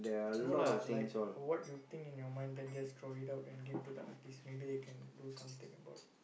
no lah like what do you think in your mind then just throw it out and give to the artist maybe they can do something about